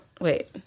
Wait